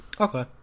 Okay